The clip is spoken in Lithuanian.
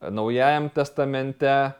naujajam testamente